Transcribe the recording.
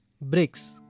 bricks